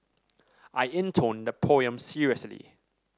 I intoned the poem seriously